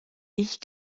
ich